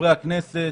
חברי הכנסת,